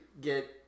get